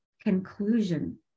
conclusion